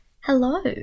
Hello